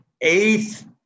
eighth